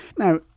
now,